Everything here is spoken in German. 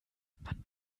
man